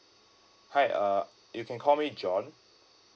hi uh you can call me john